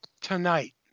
tonight